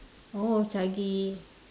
oh chage